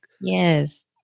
yes